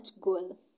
goal